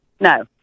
No